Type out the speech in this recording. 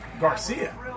Garcia